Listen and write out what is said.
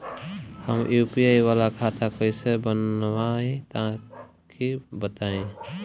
हम यू.पी.आई वाला खाता कइसे बनवाई तनि बताई?